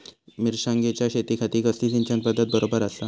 मिर्षागेंच्या शेतीखाती कसली सिंचन पध्दत बरोबर आसा?